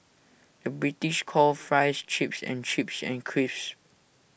the British calls Fries Chips and Chips Crisps